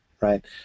right